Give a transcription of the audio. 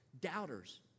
Doubters